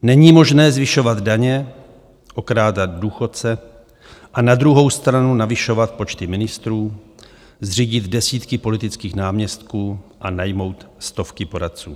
Není možné zvyšovat daně, okrádat důchodce a na druhou stranu navyšovat počty ministrů, zřídit desítky politických náměstků a najmout stovky poradců.